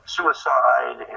Suicide